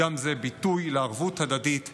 גם זה ביטוי לערבות הדדית בישראל,